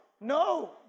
No